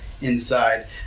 inside